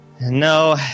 No